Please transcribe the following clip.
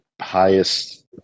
highest